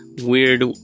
weird